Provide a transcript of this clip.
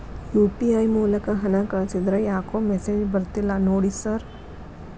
UPI ಮೂಲಕ ಹಣ ಕಳಿಸಿದ್ರ ಯಾಕೋ ಮೆಸೇಜ್ ಬರ್ತಿಲ್ಲ ನೋಡಿ ಸರ್?